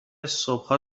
صبحها